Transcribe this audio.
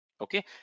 okay